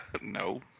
No